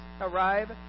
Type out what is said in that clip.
arrive